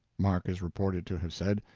mark is reported to have said,